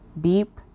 Beep